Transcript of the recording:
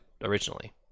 originally